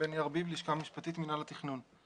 בני ארביב, הלשכה המשפטית, מינהל התכנון.